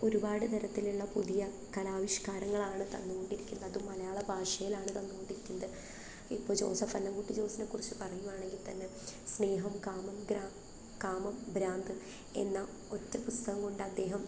ഒരുപാട് തരത്തിലുള്ള പുതിയ കലാവിഷ്ക്കാരങ്ങളാണ് തന്നുകൊണ്ടിരിക്കിന്നതും മലയാള ഭാഷയിലാണ് തന്നുകൊണ്ടിരിക്കുന്നത് ഇപ്പോള് ജോസഫ് അന്നം കുട്ടി ജോസിനെക്കുറിച്ച് പറയുകയാണെങ്കിൽ തന്നെ സ്നേഹം കാമം ഗ്രാ കാമം ഭ്രാന്ത് എന്ന ഒറ്റ പുസ്തകം കൊണ്ട് അദ്ദേഹം